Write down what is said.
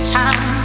time